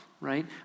right